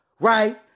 Right